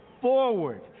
forward